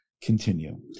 continue